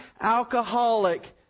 alcoholic